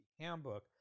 Handbook